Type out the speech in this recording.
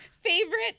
favorite